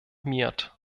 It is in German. miert